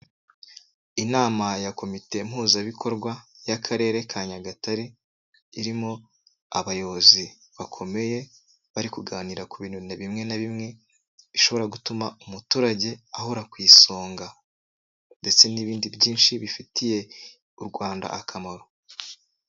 Inama ya komite mpuzabikorwa y'Akarere ka Nyagatare irimo abayobozi bakomeye bari kuganira ku bintu bimwe na bimwe bishobora gutuma umuturage ahora ku isonga ndetse n'ibindi byinshi bifitiye u Rwanda akamaro.